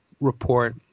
report